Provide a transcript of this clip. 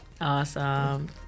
Awesome